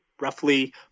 roughly